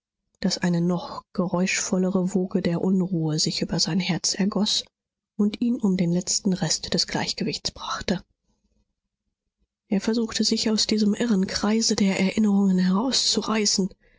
daß eine noch geräuschvollere woge der unruhe sich über sein herz ergoß und ihn um den letzten rest des gleichgewichts brachte er versuchte sich aus diesem irren kreise der erinnerungen herauszureißen